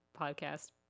podcast